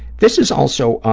this is also